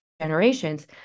generations